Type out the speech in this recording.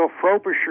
Frobisher